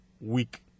week